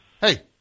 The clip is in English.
Hey